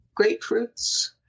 grapefruits